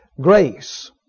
Grace